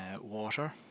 water